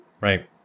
Right